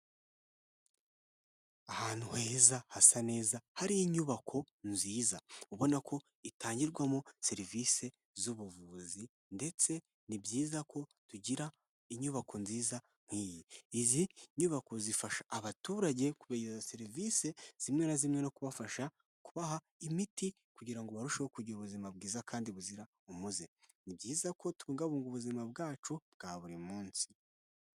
Ahantu heza hasa neza hari inyubako nziza ubona ko itangirwamo serivisi z'ubuvuzi ndetse ni byiza ko tugira inyubako nziza nkiyi. Izi nyubako zifasha abaturage kwegera serivisi zimwe na zimwe no kubafasha kubaha imiti kugirango ngo barusheho kugira ubuzima bwiza kandi buzira umuze ni byiza ko tubungabunga ubuzima bwacu bwa buri munsi.